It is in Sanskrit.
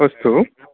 अस्तु